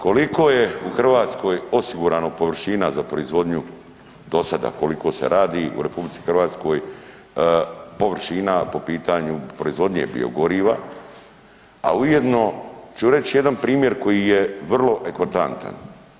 Koliko je u Hrvatskoj osigurano površina za proizvodnju, do sada, koliko se radi, u RH površina po pitanju proizvodnje biogoriva, a ujedno ću reći jedan primjer koji je vrlo eklatantan.